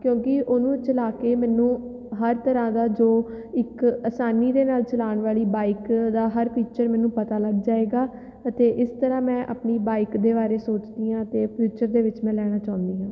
ਕਿਉਂਕਿ ਉਹਨੂੰ ਚਲਾ ਕੇ ਮੈਨੂੰ ਹਰ ਤਰ੍ਹਾਂ ਦਾ ਜੋ ਇੱਕ ਆਸਾਨੀ ਦੇ ਨਾਲ ਚਲਾਉਣ ਵਾਲੀ ਬਾਈਕ ਦਾ ਹਰ ਫੀਚਰ ਮੈਨੂੰ ਪਤਾ ਲੱਗ ਜਾਵੇਗਾ ਅਤੇ ਇਸ ਤਰ੍ਹਾਂ ਮੈਂ ਆਪਣੀ ਬਾਈਕ ਦੇ ਬਾਰੇ ਸੋਚਦੀ ਹਾਂ ਅਤੇ ਫਿਊਚਰ ਦੇ ਵਿੱਚ ਮੈਂ ਲੈਣਾ ਚਾਹੁੰਦੀ ਹਾਂ